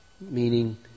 meaning